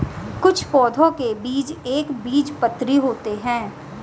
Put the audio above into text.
कुछ पौधों के बीज एक बीजपत्री होते है